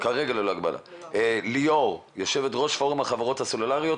את ליאור, יושב-ראש החברות הסלולריות.